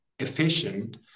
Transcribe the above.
efficient